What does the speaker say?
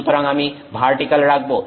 সুতরাং আমি ভার্টিক্যাল রাখবো